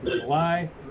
July